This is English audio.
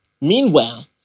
Meanwhile